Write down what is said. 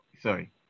Sorry